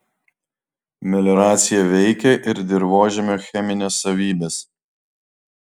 melioracija veikia ir dirvožemio chemines savybes